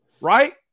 right